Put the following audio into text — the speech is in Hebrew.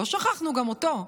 לא שכחנו גם אותו.